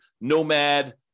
nomad